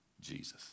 Jesus